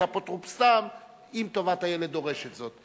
אפוטרופסותם אם טובת הילד דורשת זאת.